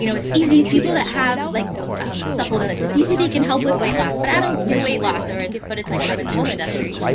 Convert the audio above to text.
you know it's easy people that have like supplements, it's easy. they can help with weight loss, but i don't do weight loss, and but it's like having the home industry,